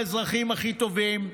האזרחים הכי טובים,